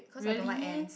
really